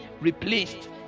replaced